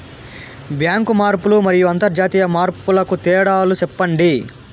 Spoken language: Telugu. బ్యాంకు మార్పులు మరియు అంతర్జాతీయ మార్పుల కు తేడాలు సెప్పండి?